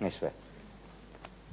ne sve.